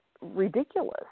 ridiculous